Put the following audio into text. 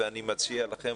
ואני מציע לכם,